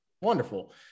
wonderful